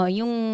yung